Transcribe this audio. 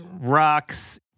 Rocks